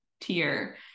tier